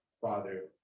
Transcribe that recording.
father